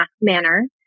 manner